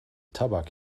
tabak